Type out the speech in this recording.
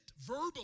verbally